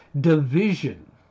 division